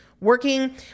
working